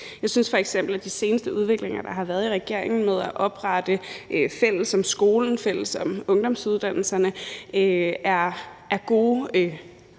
Jeg synes f.eks., at de seneste udviklinger, der har været i regeringen, med at oprette »Sammen om Skolen« og »Sammen om Ungdomsuddannelserne« er gode